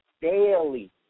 daily